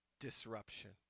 disruption